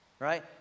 Right